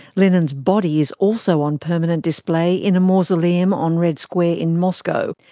lenin's body is also on permanent display in a mausoleum on red square in moscow,